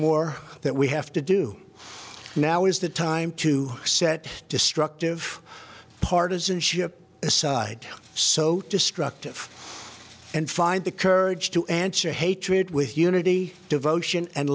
more that we have to do now is the time to set destructive partisanship aside so destructive and find the courage to answer hatred with unity devotion and